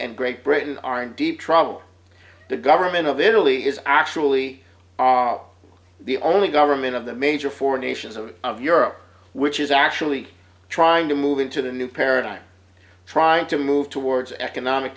and great britain are in deep trouble the government of italy is actually the only government of the major four nations of of europe which is actually trying to move into the new paradigm trying to move towards economic